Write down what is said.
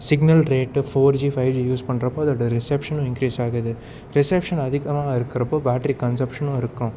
signal rate four G five G use பண்ணுறப்போ அதோடய ரிசப்ஷனும் இன்க்ரீஸ் ஆகுது ரிசப்ஷன் அதிகமாக இருக்கிறப்போ பேட்ரி கன்செப்ஷனும் இருக்கும்